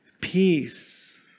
peace